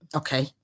okay